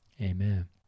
Amen